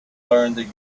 learned